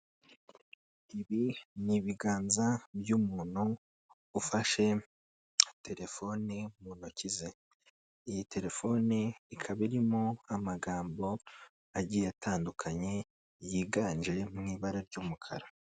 Ibi ni ibiganza by'umuntu ufashe telefoni mu ntoki ze, iyi telefoni ikaba irimo amagambo agiye atandukanye yiganje ari mu ibara ry'umukara.